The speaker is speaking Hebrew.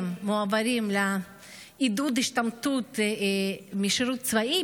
מועברים לעידוד השתמטות משירות צבאי,